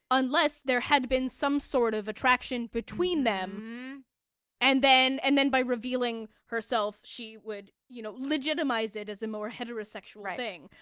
unless there had been some sort of attraction between them and then, and then by revealing herself, she would, you know, legitimize it as a more heterosexual thing.